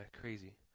crazy